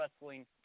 wrestling